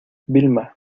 vilma